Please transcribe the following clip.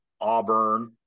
Auburn